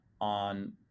on